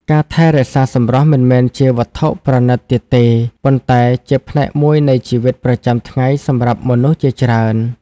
ការថែរក្សាសម្រស់មិនមែនជាវត្ថុប្រណីតទៀតទេ ប៉ុន្តែជាផ្នែកមួយនៃជីវិតប្រចាំថ្ងៃសម្រាប់មនុស្សជាច្រើន។